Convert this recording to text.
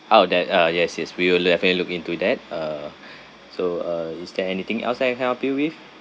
oh that uh yes yes we will definitely look into that uh so uh is there anything else I can help you with